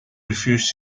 refused